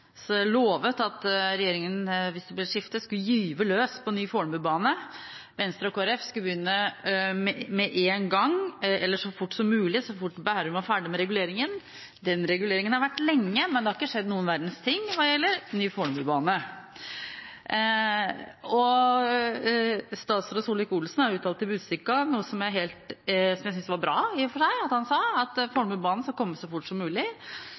lovet at hvis det ble et skifte, skulle regjeringen gyve løs på ny Fornebubane. Venstre og Kristelig Folkeparti skulle begynne så fort som mulig, så fort Bærum var ferdig med reguleringen. Den reguleringen har vært ferdig lenge, men det har ikke skjedd noen verdens ting hva gjelder ny Fornebubane. Statsråd Solvik-Olsen har uttalt til Asker og Bærum Budstikke noe som jeg i og for seg synes var bra at han sa, at Fornebubanen skulle komme så fort som mulig.